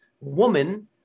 woman